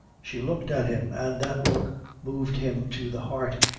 she looked at him, and that look moved him to the heart.